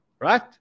Right